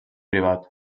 privat